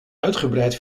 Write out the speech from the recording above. uitgebreid